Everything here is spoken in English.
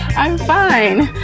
i'm fine.